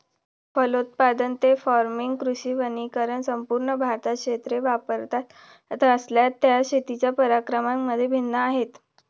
फलोत्पादन, ley farming, कृषी वनीकरण संपूर्ण भारतात क्षेत्रे वापरत असलेल्या शेतीच्या प्रकारांमध्ये भिन्न आहेत